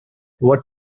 what